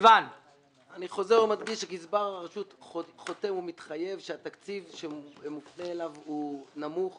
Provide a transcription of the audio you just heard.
אני חוזר ומדגיש שגזבר הרשות חותם ומתחייב שהתקציב שמופנה אליו נמוך